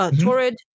Torrid